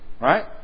Right